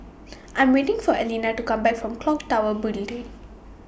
I'm waiting For Alina to Come Back from Clock Tower Building D